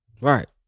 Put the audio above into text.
Right